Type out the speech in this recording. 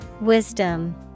Wisdom